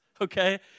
okay